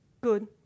good